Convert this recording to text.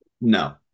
No